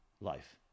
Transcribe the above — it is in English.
life